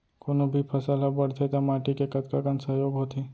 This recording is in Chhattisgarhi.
कोनो भी फसल हा बड़थे ता माटी के कतका कन सहयोग होथे?